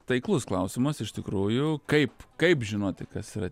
taiklus klausimas iš tikrųjų kaip kaip žinoti kas yra